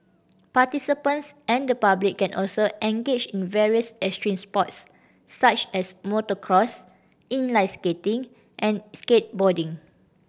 participants and the public can also engage in various extreme sports such as motocross inline skating and skateboarding